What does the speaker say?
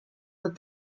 that